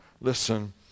Listen